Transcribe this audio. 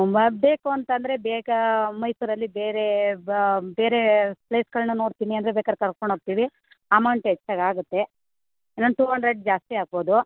ಬರಬೇಕು ಅಂತಂದರೆ ಬೇಗ ಮೈಸೂರಲ್ಲಿ ಬೇರೆ ಬ ಬೇರೆ ಪ್ಲೇಸ್ಗಳನ್ನ ನೋಡ್ತೀನಿ ಅಂದರೆ ಬೇಕಾರೆ ಕರ್ಕೊಂಡು ಹೋಗ್ತೀವಿ ಅಮೌಂಟ್ ಹೆಚ್ಚಾಗಾಗತ್ತೆ ಇನ್ನೊಂದು ಟು ಹಂಡ್ರೆಡ್ ಜಾಸ್ತಿ ಆಗ್ಬೋದು